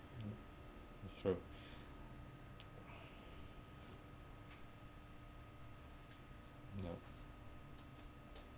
mm that's true yup